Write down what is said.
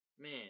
Man